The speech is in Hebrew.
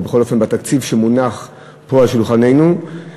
או בכל אופן בין התקציב שמונח פה על שולחננו לבין